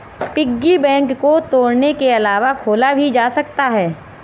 piggy bank को तोड़ने के अलावा खोला भी जा सकता है